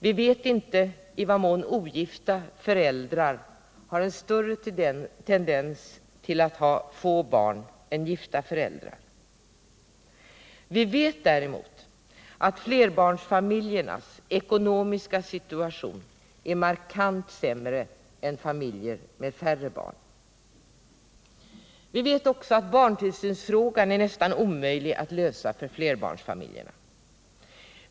Vi vet inte i vad mån ogifta föräldrar har större tendens till att skaffa sig få barn än gifta föräldrar. Däremot vet vi att flerbarnsfamiljernas ekonomiska situation är markant sämre än sådana familjer som har färre barn. Vi vet också att barntillsynsfrågan är nästan omöjlig att lösa för flerbarnsfamiljerna.